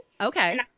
Okay